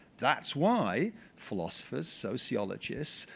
that's why philosophers, sociologists,